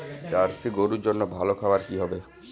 Jersey গরুর জন্য ভালো খাবার কি হবে?